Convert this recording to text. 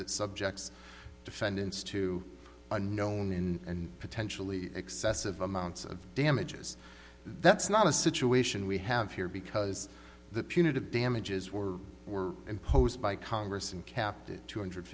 it subjects defendants to a known and potentially excessive amounts of damages that's not a situation we have here because the punitive damages were were imposed by congress and kept it two hundred